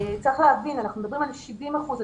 צריך להבין, אנחנו מדברים על 70 אחוזים.